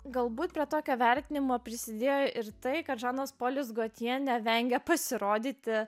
galbūt prie tokio vertinimo prisidėjo ir tai kad žanas polis gotje nevengia pasirodyti